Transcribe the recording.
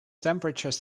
temperatures